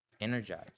energized